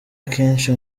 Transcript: akenshi